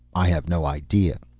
i have no idea.